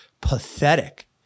pathetic